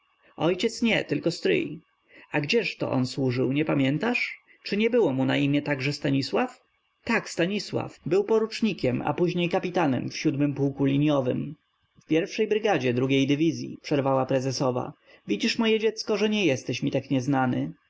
ojciec nie tylko stryj i gdzież-to on służył nie pamiętasz czy nie było mu na imię także stanisław tak stanisław był porucznikiem a później kapitanem w siódmym pułku liniowym w pierwszej brygadzie drugiej dywizyi przerwała prezesowa widzisz moje dziecko że nie jesteś mi tak nieznany